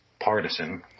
partisan